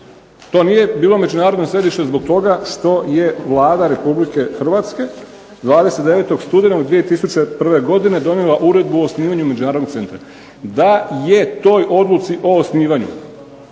To nije bilo međunarodno središte zbog toga što je Vlada Republike Hrvatske 29. studenog 2001. godine donijela uredbu o osnivanju međunarodnog centra. Da je toj odluci o osnivanju